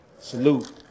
Salute